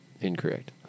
Incorrect